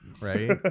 Right